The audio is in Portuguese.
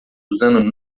usando